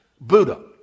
Buddha